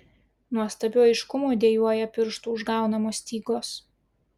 nuostabiu aiškumu dejuoja pirštų užgaunamos stygos